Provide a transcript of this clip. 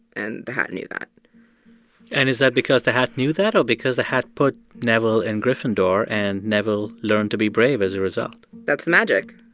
and the hat knew that and is that because the hat knew that or because the hat put neville in gryffindor, and neville learned to be brave as a result? that's the magic.